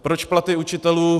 Proč platy učitelů?